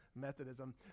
methodism